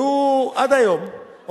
והוא עד היום,